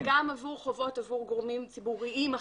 וגם עבור חובות עבור גורמים ציבוריים אחרים,